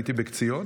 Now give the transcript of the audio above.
הייתי בקציעות.